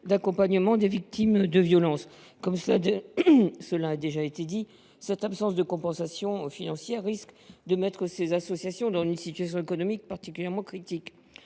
d’accompagnement des victimes de violences. Comme cela a déjà été dit, cette absence de compensation financière risque de mettre ces associations dans une situation économique particulièrement critique.